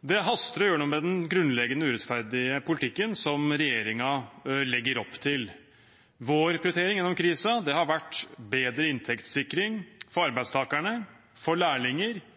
Det haster å gjøre noe med den grunnleggende urettferdige politikken regjeringen legger opp til. Vår prioritering gjennom krisen har vært bedre inntektssikring for arbeidstakerne, for lærlinger